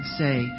say